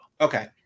Okay